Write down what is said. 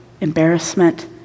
embarrassment